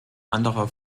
anderer